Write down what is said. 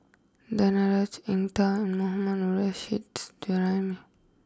Danaraj Eng tow Mohammad Nurrasyid Juraimi